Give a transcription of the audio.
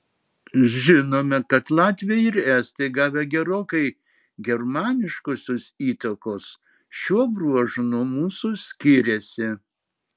žinome kad latviai ir estai gavę gerokai germaniškosios įtakos šiuo bruožu nuo mūsų skiriasi